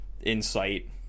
insight